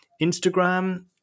Instagram